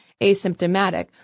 asymptomatic